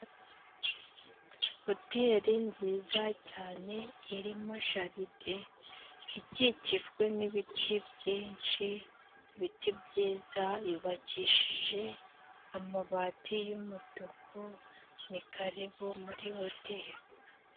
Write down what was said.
Hoteri nziza cyane irimo jaride, ikikijwe n'ibiti byinshi ibiti byiza ,yubakishije amabati y'umutuku, ni karibu muri hoteri.